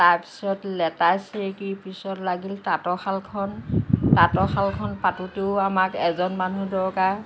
তাৰপিছত লেতাই চেৰেকীৰ পিছত লাগিল তাঁতৰ শালখন তাঁতৰ শালখন পাতোঁতেও আমাক এজন মানুহ দৰকাৰ